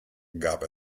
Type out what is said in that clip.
gab